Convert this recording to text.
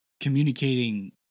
communicating